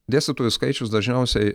dėstytojų skaičius dažniausiai